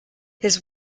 his